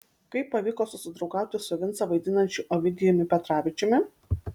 kaip pavyko susidraugauti su vincą vaidinančiu ovidijumi petravičiumi